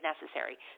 necessary